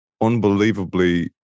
unbelievably